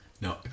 No